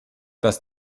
dass